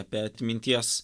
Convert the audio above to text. apie atminties